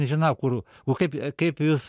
nežinau kur o kaip kaip jūs